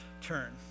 turn